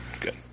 Good